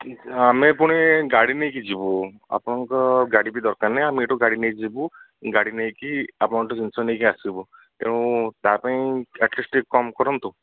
ଆମେ ପୁଣି ଗାଡ଼ି ନେଇକି ଯିବୁ ଆପଣଙ୍କ ଗାଡ଼ିବି ଦରକାର ନାଇଁ ଆମେ ଏଇଠୁ ଗାଡ଼ି ନେଇକି ଯିବୁ ଗାଡ଼ି ନେଇକି ଆପଣଙ୍କଠାରୁ ଜିନିଷ ନେଇକି ଆସିବୁ ତେଣୁ ତାପାଇଁ ଆଟ୍ ଲିଷ୍ଟ ଟିକେ କମ୍ କରନ୍ତୁ